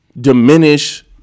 Diminish